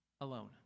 alone